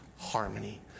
harmony